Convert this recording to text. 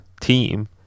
team